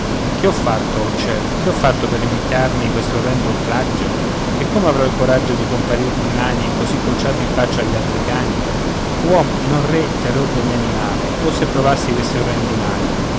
che ho fatto oh ciel che ho fatto per meritarmi quest'orrendo oltraggio e come avrò il coraggio di comparir dimani così conciato in faccia agli altri cani uomo non re terror degli animali oh se provassi questi orrendi mali